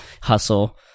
hustle